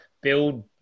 build